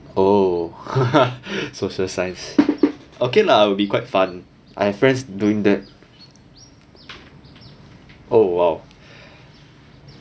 oh social science okay lah will be quite fun I have friends doing that oh !wow!